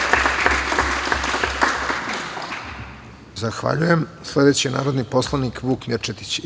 Zahvaljujem. Sledeći je narodni poslanik Vuk Mirčetić.